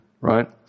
right